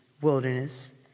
Wilderness